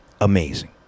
Amazing